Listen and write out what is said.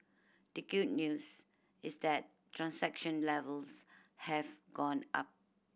the good news is that transaction levels have gone up